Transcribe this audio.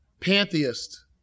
pantheist